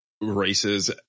races